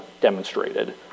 demonstrated